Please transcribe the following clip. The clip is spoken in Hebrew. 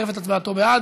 פקודת מס הכנסה (קרן חברתית להשקעות במקרקעין),